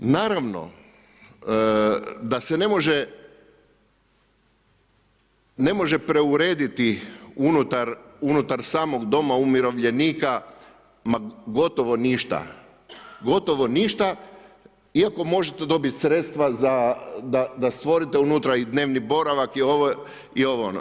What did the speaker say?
Naravno, da se ne može preurediti unutar samog doma umirovljenika ma gotovo ništa, gotovo ništa, iako možete dobiti sredstva da stvorite unutra i dnevni boravak i ovo, ono.